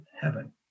heaven